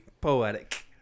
poetic